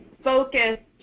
focused